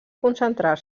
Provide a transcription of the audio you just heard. concentrar